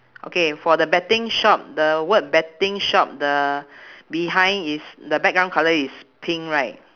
okay for the betting shop the word betting shop the behind is the background colour is pink right